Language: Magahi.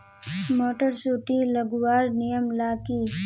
मोटर सुटी लगवार नियम ला की?